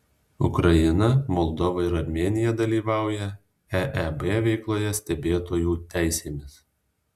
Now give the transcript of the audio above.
ukraina moldova ir armėnija dalyvauja eeb veikloje stebėtojų teisėmis